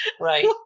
Right